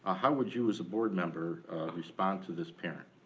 ah how would you as a board member respond to this parent?